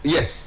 Yes